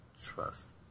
trust